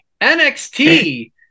NXT